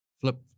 flip